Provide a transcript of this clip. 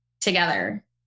together